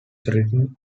written